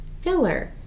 filler